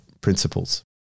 principles